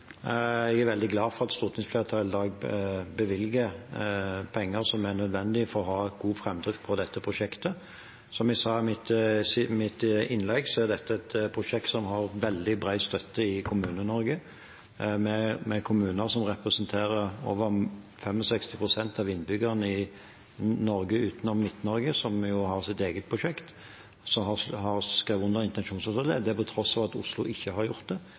Jeg er veldig glad for at stortingsflertallet i dag bevilger penger som er nødvendig for å ha god framdrift i dette prosjektet. Som jeg sa i mitt innlegg, er dette et prosjekt som har veldig bred støtte i Kommune-Norge. Kommuner som representerer over 65 pst. av innbyggerne i Norge – utenom Midt-Norge, som har sitt eget prosjekt – har skrevet under intensjonsavtalen. På tross av at Oslo ikke har gjort det,